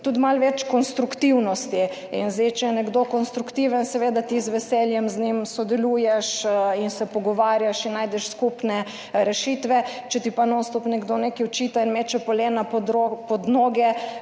tudi malo več konstruktivnosti in zdaj, če je nekdo konstruktiven, seveda ti z veseljem z njim sodeluješ in se pogovarjaš in najdeš skupne rešitve. Če ti pa non stop nekdo nekaj očita in meče polena pod noge,